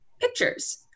pictures